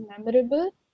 memorable